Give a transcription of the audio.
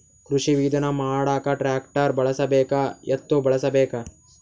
ಕೃಷಿ ವಿಧಾನ ಮಾಡಾಕ ಟ್ಟ್ರ್ಯಾಕ್ಟರ್ ಬಳಸಬೇಕ, ಎತ್ತು ಬಳಸಬೇಕ?